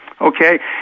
Okay